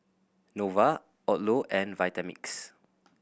Nova Odlo and Vitamix